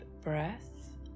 breath